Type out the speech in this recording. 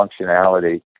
functionality